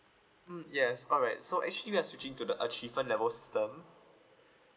mm yes all right so actually we are searching to the achievement levels system